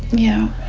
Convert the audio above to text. yeah.